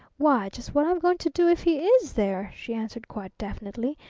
why, just what i'm going to do if he is there, she answered quite definitely.